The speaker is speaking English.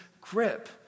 grip